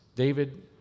David